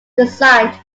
designed